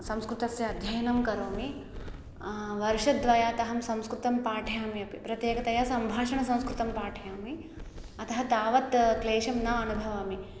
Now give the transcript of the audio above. संस्कृतस्य अध्ययनं करोमि वर्षद्वयात् अहं संस्कृतं पाठयामि अपि प्रत्येकतया सम्भाषणसंस्कृतं पाठयामि अतः तावत् क्लेशं न अनुभवामि